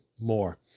more